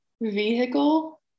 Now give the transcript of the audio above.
Vehicle